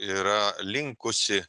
yra linkusi